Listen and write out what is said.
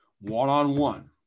one-on-one